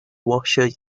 washer